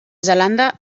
zelanda